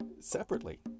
separately